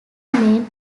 main